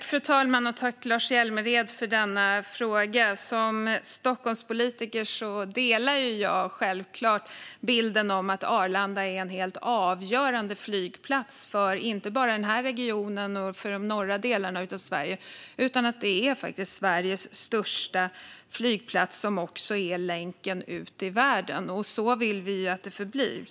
Fru talman! Tack, Lars Hjälmered, för denna fråga! Som Stockholmspolitiker delar jag självklart bilden att Arlanda är en helt avgörande flygplats. Den är inte bara avgörande för denna region och för de norra delarna av Sverige, utan den är faktiskt Sveriges största flygplats och länken ut i världen. Så vill vi att det förblir.